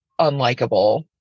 unlikable